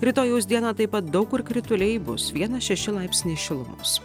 rytojaus dieną taip pat daug kur krituliai bus vienas šeši laipsniai šilumos